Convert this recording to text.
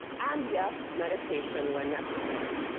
and yes, medication when necessary.